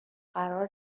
قرار